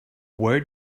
where